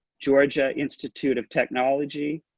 georgia institute of technology,